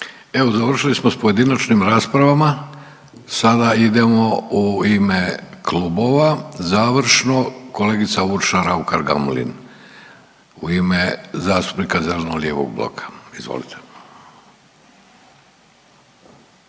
Evo završili smo s pojedinačnim raspravama. Sada idemo u ime klubova završno, kolegica Urša Raukar Gamulin u ime zastupnika zeleno-lijevog bloka, izvolite.